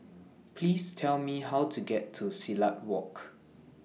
Please Tell Me How to get to Silat Walk